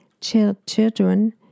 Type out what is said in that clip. children